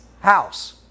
house